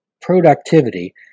productivity